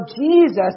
Jesus